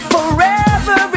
Forever